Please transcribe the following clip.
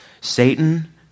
Satan